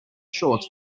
shorts